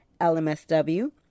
LMSW